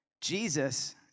Jesus